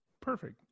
perfect